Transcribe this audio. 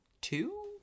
two